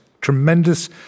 tremendous